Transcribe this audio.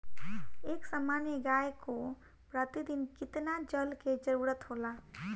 एक सामान्य गाय को प्रतिदिन कितना जल के जरुरत होला?